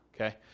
Okay